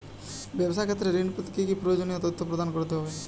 ব্যাবসা ক্ষেত্রে ঋণ পেতে কি কি প্রয়োজনীয় তথ্য প্রদান করতে হবে?